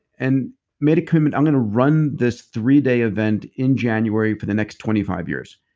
and made a commitment i'm gonna run this three-day event in january for the next twenty five years.